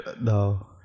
No